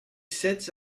sets